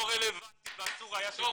לא רלבנטי ואסור היה שיתקיים.